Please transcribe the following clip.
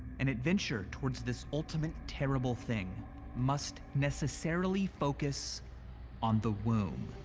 an adventure towards this ultimate terrible thing must necessarily focus on the womb.